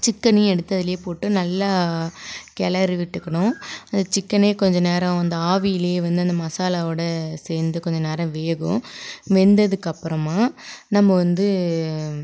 சிக்கனையும் எடுத்து அதுல போட்டு நல்லா கிளறி விட்டுக்கணும் சிக்கனே கொஞ்ச நேரம் இந்த ஆவியிலே வெந்து அந்த மசாலாவோட சேர்ந்து கொஞ்ச நேரம் வேகும் வெந்ததுக்கு அப்புறமாக நம்ம வந்து